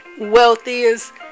wealthiest